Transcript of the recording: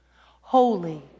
Holy